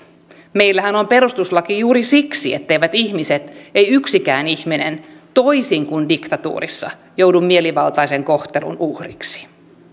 meillähän on perustuslaki juuri siksi etteivät ihmiset ei yksikään ihminen toisin kuin diktatuurissa joudu mielivaltaisen kohtelun uhriksi